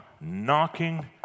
knocking